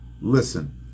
listen